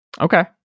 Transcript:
Okay